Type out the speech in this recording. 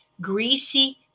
Greasy